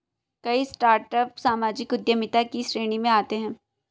कई स्टार्टअप सामाजिक उद्यमिता की श्रेणी में आते हैं